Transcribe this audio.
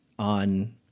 on